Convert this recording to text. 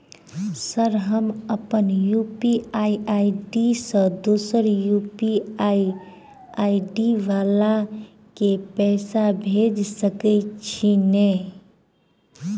Sir हम अप्पन UPI ID सँ दोसर यु.पी.आई आई.डी वला केँ पैसा भेजि सकै छी नै?